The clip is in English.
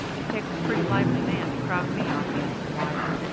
it takes a pretty lively man to crowd me off the end of a wire.